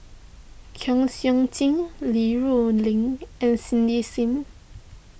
Kwek Siew Jin Li Rulin and Cindy Sim